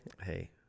Hey